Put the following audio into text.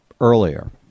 earlier